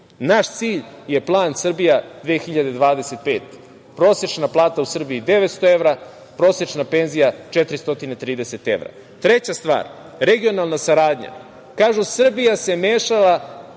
Naš cilj je plan „Srbija 2025“ – prosečna plata u Srbiji 900 evra, prosečna penzija 430 evra. Treća stvar – regionalna saradnja. Kažu da se Srbija mešala